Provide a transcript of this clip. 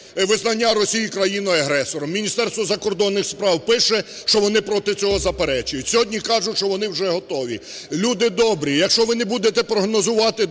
визнання Росії країною-агресором, Міністерство закордонних справ пише, що вони проти цього заперечують, сьогодні кажуть, що вони вже готові. Люди добрі, якщо ви не будете прогнозувати далі